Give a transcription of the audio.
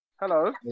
Hello